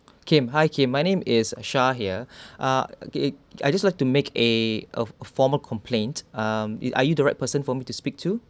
Kim hi Kim my name is Shah here ah okay I just like to make a a formal complaint um are you the right person for me to speak to